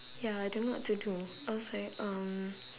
ya I don't know what to do I was like uh